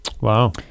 wow